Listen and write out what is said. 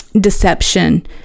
deception